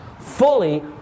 fully